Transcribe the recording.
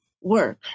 work